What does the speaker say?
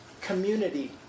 community